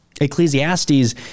Ecclesiastes